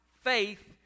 faith